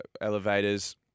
elevators